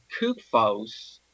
KUFOS